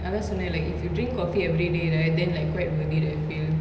அதா சொன்ன:athaa sonna like if you drink coffee everyday right then like quite worth it I feel